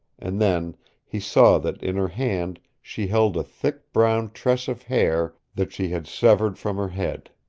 and then he saw that in her hand she held a thick brown tress of hair that she had severed from her head.